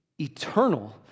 eternal